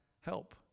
help